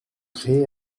créé